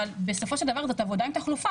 אבל בסופו של דבר זאת עבודה עם תחלופה.